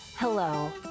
Hello